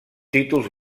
títols